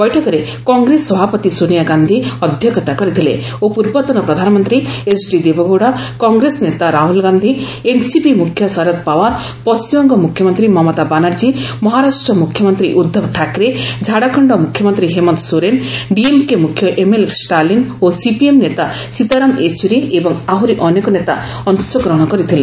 ବୈଠକରେ କଂଗ୍ରେସ ସଭାପତି ସୋନିଆ ଗାନ୍ଧି ଅଧ୍ୟକ୍ଷତା କରିଥିଲେ ଓ ପୂର୍ବତନ ପ୍ରଧାନମନ୍ତ୍ରୀ ଏଚ୍ଡି ଦେବଗୌଡ଼ା କଂଗ୍ରେସ ନେତା ରାହୁଲ ଗାନ୍ଧି ଏନ୍ସିପି ମୁଖ୍ୟ ଶରଦ ପାୱାର ପଣ୍ଠିମବଙ୍ଗ ମୁଖ୍ୟମନ୍ତ୍ରୀ ମମତା ବାନାର୍ଜୀ ମହାରାଷ୍ଟ୍ର ମୁଖ୍ୟମନ୍ତ୍ରୀ ଉଦ୍ଧବ ଠାକରେ ଝାଡ଼ଖଣ୍ଡ ମୁଖ୍ୟମନ୍ତ୍ରୀ ହେମନ୍ତ ସୋରେନ୍ ଡିଏମ୍କେ ମୁଖ୍ୟ ଏମ୍ଏଲ୍ ଷ୍ଟାଲିନ୍ ଓ ସିପିଏମ୍ ନେତା ସୀତାରାମ ୟେଚୁରୀ ଏବଂ ଆହୁରି ଅନେକ ନେତା ଅଂଶଗ୍ରହଣ କରିଥିଲେ